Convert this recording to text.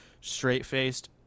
straight-faced